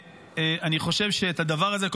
אני חושב שאת הדבר הזה,